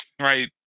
right